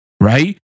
right